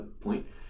point